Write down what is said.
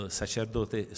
sacerdote